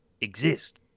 exist